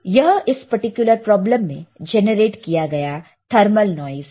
यह इस particular problem में जेनरेट किया गया थर्मल नॉइस है